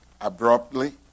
abruptly